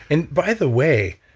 and by the way,